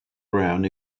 around